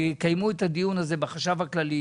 שיקיימו את הדיון הזה בחשב הכללי,